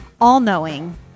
all-knowing